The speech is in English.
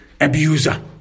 abuser